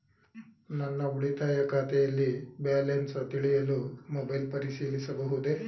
ನನ್ನ ಉಳಿತಾಯ ಖಾತೆಯಲ್ಲಿ ಬ್ಯಾಲೆನ್ಸ ತಿಳಿಯಲು ಮೊಬೈಲ್ ಪರಿಶೀಲಿಸಬಹುದೇ?